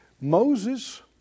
Moses